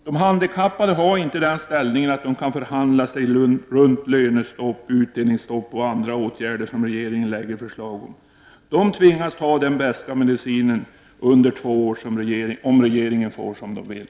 De handikappade har inte den ställningen att de kan förhandla sig runt lönestopp, utdelningsstopp och andra åtgärder som regeringen lägger fram förslag om — de tvingas ta den beska medicinen under två år, om regeringen får som den vill.